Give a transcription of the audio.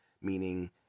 Meaning